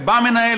ובא מנהל,